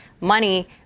money